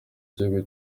igihugu